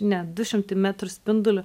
ne du šimtai metrų spinduliu